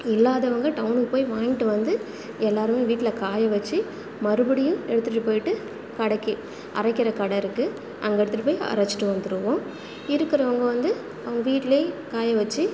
இல்லாதவங்க டவுனுக்கு போய் வாங்கிட்டு வந்து எல்லோருமே வீட்டில் காய வச்சு மறுபடியும் எடுத்துகிட்டு போய்விட்டு கடைக்கு அரைக்கிற கடை இருக்குது அங்கே எடுத்துட்டு போய் அரைச்சிட்டு வந்துடுவோம் இருக்கிறவுங்க வந்து அவங்க வீட்லையே காய வச்சு